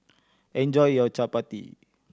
enjoy your Chapati